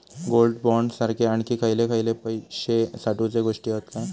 Gold bond सारखे आणखी खयले पैशे साठवूचे गोष्टी हत काय?